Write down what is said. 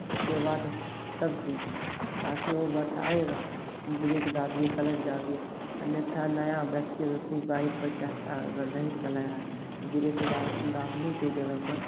उसके बाद तब सीखिए ताकि वो बताएगा ब्रेक दाबिए क्लच दाबिए अन्यथा नया व्यक्ति अगर कोई बाइक पर चढ़ता है अगर नहीं चलाया तो ब्रेक दा दाबने के जगह पर